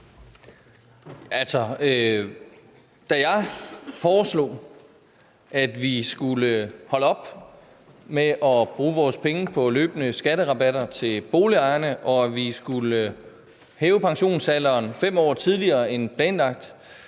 Da jeg foreslog, at vi skulle holde op med bruge vores penge på løbende skatterabatter til boligejerne og vi skulle hæve pensionsalderen 5 år tidligere end planlagt,